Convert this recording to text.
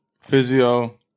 physio